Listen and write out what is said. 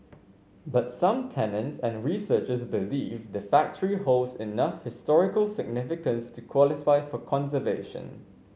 but some tenants and researchers believe the factory holds enough historical significance to qualify for conservation